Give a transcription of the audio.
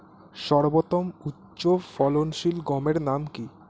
সর্বতম উচ্চ ফলনশীল গমের নাম কি?